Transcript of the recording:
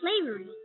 slavery